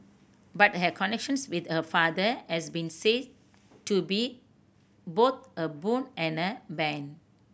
but her connections with her father has been said to be both a boon and a bane